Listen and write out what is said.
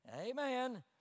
Amen